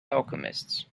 alchemists